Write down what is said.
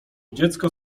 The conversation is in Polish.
dziecko